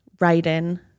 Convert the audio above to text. write-in